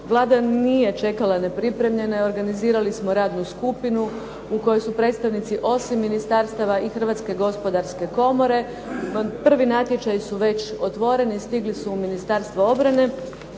Vlada nije čekala nepripremljena i organizirali smo radnu skupinu u kojoj su predstavnici osim ministarstva i Hrvatske gospodarske komore. Prvi natječaji su već otvoreni, stigli su u Ministarstvo obrane